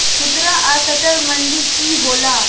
खुदरा असटर मंडी की होला?